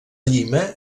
llima